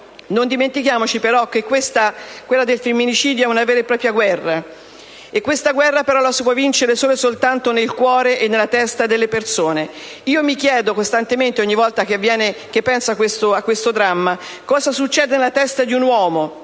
dimenticarci però che quella del femminicidio è una vera e propria guerra, e questa guerra la si può vincere solo e soltanto nel cuore e nella testa delle persone. Io mi chiedo costantemente, ogni volta che penso a questo dramma, cosa succede nella testa di un uomo,